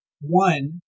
One